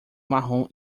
marrom